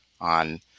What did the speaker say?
on